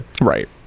right